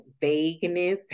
vagueness